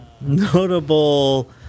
notable